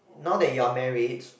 now that you are married